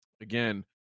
Again